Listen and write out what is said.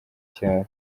cyaro